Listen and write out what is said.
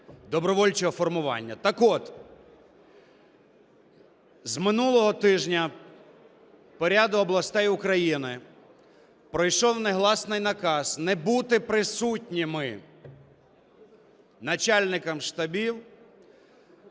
Так от з минулого тижня по ряду областей України пройшов негласний наказ не бути присутніми начальникам штабів